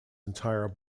entire